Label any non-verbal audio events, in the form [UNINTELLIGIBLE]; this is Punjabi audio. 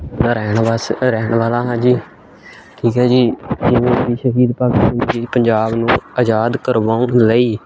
ਦਾ ਰਹਿਣ ਬਸ ਰਹਿਣ ਵਾਲਾ ਹਾਂ ਜੀ ਠੀਕ ਹੈ ਜੀ [UNINTELLIGIBLE] ਸ਼ਹੀਦ ਭਗਤ ਸਿੰਘ ਜੀ ਪੰਜਾਬ ਨੂੰ ਆਜ਼ਾਦ ਕਰਵਾਉਣ ਲਈ